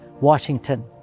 Washington